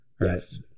Yes